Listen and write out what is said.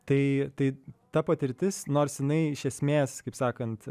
tai tai ta patirtis nors jinai iš esmės kaip sakant